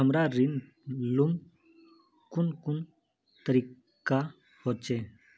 हमरा ऋण लुमू कुन कुन तरीका होचे?